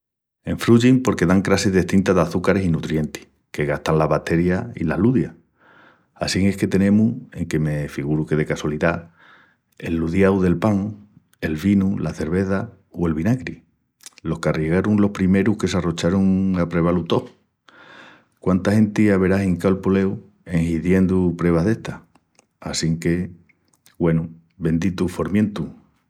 Enfruyin porque dan crassis destintas d'açucaris i nutrientis que gastan las bacterias i las ludias. Assín es que tenemus, enque me figuru que de casolidá, el ludiau del pan, el vinu, la cerveza o el vinagri. Lo qu'arriegarun los primerus que s'arrocharun a prevá-lu tó. Quánta genti averá hincau el poleu en hiziendu prevas d'estas. Assinque, güenu, benditus formientus!